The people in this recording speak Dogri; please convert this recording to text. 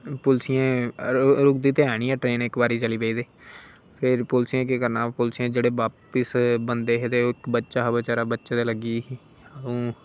पुलिस रोकदे ते है नी ऐ ट्रैन इक बारी चली पेई ते फिर पुलिसै केह् करना पुलिसिये जेहडे़ बापिस बंदे हे ते इक बच्चा हा बचैरा बच्चे दे लग्गी दी ही